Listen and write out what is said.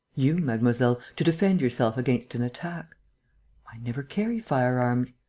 you, mademoiselle, to defend yourself against an attack. i never carry firearms.